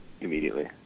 immediately